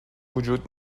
وجود